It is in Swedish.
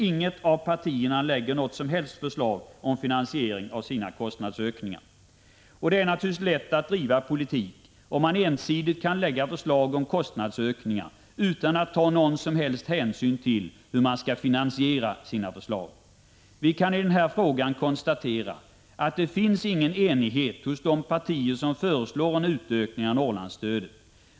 Inget av partierna lägger fram något förslag om finansiering av sina kostnadsökningar. Det är naturligtvis lätt att driva politik, om man ensidigt kan lägga fram förslag om kostnadsökningar utan att behöva ta någon som helst hänsyn till hur man skall finansiera sina förslag. Vi kan i denna fråga konstatera att det inte finns någon enighet mellan de partier som föreslår en utökning av Norrlandsstödet.